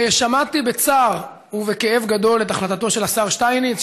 שמעתי בצער ובכאב גדול את החלטתו של השר שטייניץ,